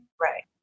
Right